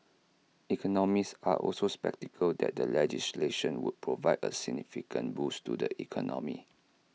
economists are also sceptical that the legislation would provide A significant boost to the economy